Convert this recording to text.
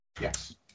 Yes